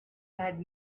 had